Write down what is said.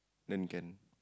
then can